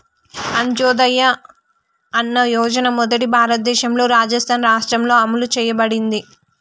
అంత్యోదయ అన్న యోజన మొదట భారతదేశంలోని రాజస్థాన్ రాష్ట్రంలో అమలు చేయబడింది